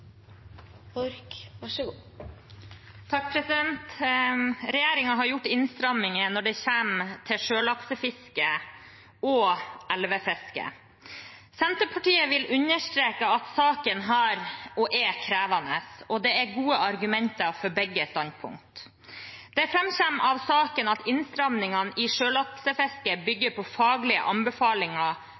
har gjort innstramminger når det kommer til sjølaksefiske og elvefiske. Senterpartiet vil understreke at saken er krevende, og det er gode argumenter for begge standpunkt. Det framkommer av saken at innstrammingene i sjølaksefiske bygger på faglige anbefalinger